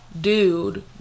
dude